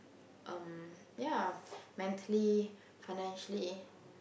um ya mentally financially